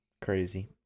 crazy